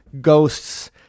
ghosts